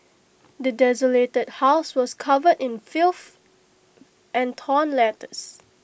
the desolated house was covered in filth and torn letters